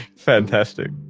fantastic